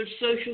Social